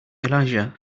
elijah